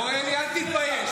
בוא, אלי, אל תתבייש.